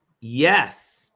Yes